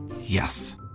Yes